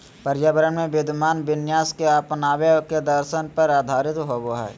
पर्यावरण में विद्यमान विन्यास के अपनावे के दर्शन पर आधारित होबा हइ